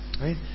Right